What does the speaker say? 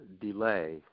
delay